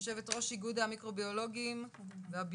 יושבת ראש איגוד המיקרוביולוגים והכימאים